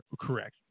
Correct